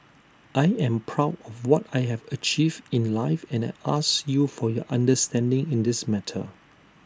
I am proud of what I have achieved in life and I ask you for your understanding in this matter